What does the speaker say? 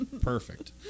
Perfect